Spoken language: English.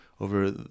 over